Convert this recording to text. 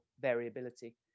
variability